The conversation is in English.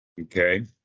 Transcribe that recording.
Okay